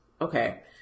Okay